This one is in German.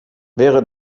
wäre